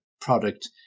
product